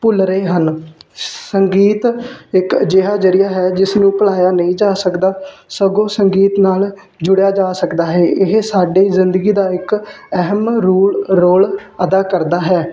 ਭੁੱਲ ਰਹੇ ਹਨ ਸੰਗੀਤ ਇੱਕ ਅਜਿਹਾ ਜਰੀਆ ਹੈ ਜਿਸ ਨੂੰ ਭੁਲਾਇਆ ਨਹੀਂ ਜਾ ਸਕਦਾ ਸਗੋਂ ਸੰਗੀਤ ਨਾਲ ਜੁੜਿਆ ਜਾ ਸਕਦਾ ਹੈ ਇਹ ਸਾਡੇ ਜ਼ਿੰਦਗੀ ਦਾ ਇੱਕ ਅਹਿਮ ਰੁ ਰੋਲ ਅਦਾ ਕਰਦਾ ਹੈ